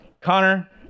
Connor